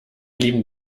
blieben